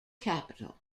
capital